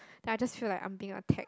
then I just feel like I'm being attacked